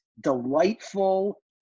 delightful